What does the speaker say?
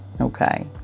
Okay